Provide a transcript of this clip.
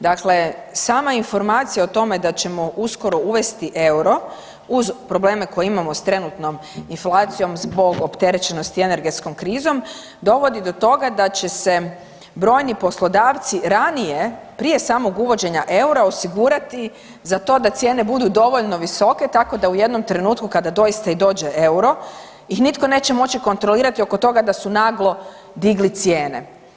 Dakle, sama informacija o tome da ćemo uskoro uvesti euro uz probleme koje imamo s trenutnom inflacijom zbog opterećenosti i energetskom krizom dovodi do toga da će se brojni poslodavci ranije prije samog uvođenja eura osigurati za to da cijene budu dovoljno visoke tako da u jednom trenutku kada doista i dođe euro ih nitko neće moći kontrolirati oko toga da su naglo digli cijene.